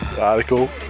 Article